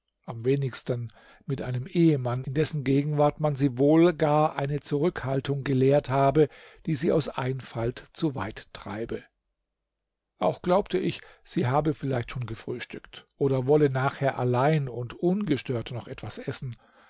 am wenigsten mit einem ehemann in dessen gegenwart man sie wohl gar eine zurückhaltung gelehrt habe die sie aus einfalt zu weit treibe auch glaubte ich sie habe vielleicht schon gefrühstückt oder wolle nachher allein und ungestört noch etwas essen